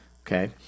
okay